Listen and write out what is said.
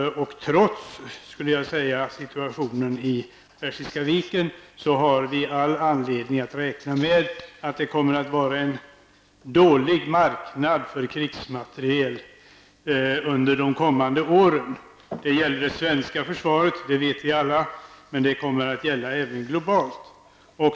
Trots situationen i Persiska viken har vi all anledning att räkna med att det kommer att vara en dålig marknad för krigsmateriel det kommande åren. Vi vet alla att det kommer att gälla det svenska försvaret, men det kommer även att gälla globalt.